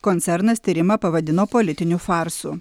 koncernas tyrimą pavadino politiniu farsu